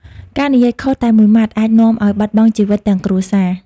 ការនិយាយខុសតែមួយម៉ាត់ អាចនាំឱ្យបាត់បង់ជីវិតទាំងគ្រួសារ។